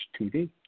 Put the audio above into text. TV